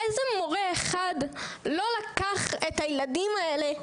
איפה מורה אחד לא לקח את הילדים האלה?